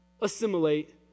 assimilate